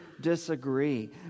disagree